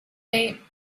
name